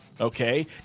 Okay